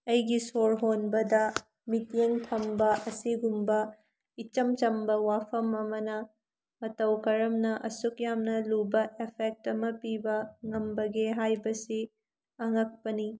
ꯑꯩꯒꯤ ꯁꯣꯔ ꯍꯣꯟꯕꯗ ꯃꯤꯠꯌꯦꯡ ꯊꯝꯕ ꯑꯁꯤꯒꯨꯝꯕ ꯏꯆꯝ ꯆꯝꯕ ꯋꯥꯐꯝ ꯑꯃꯅ ꯃꯇꯧ ꯀꯔꯝꯅ ꯑꯁꯨꯛ ꯌꯥꯝꯅ ꯂꯨꯕ ꯑꯦꯐꯦꯛ ꯑꯃ ꯄꯤꯕ ꯉꯝꯕꯒꯦ ꯍꯥꯏꯕꯁꯤ ꯑꯉꯛꯄꯅꯤ